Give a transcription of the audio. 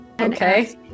Okay